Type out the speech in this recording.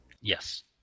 Yes